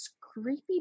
creepy